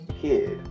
kid